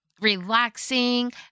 relaxing